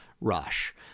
rush